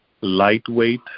lightweight